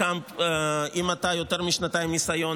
אם אתה עם יותר משנתיים ניסיון,